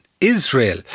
Israel